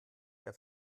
der